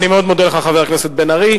אני מאוד מודה לך, חבר הכנסת בן-ארי.